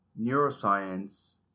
neuroscience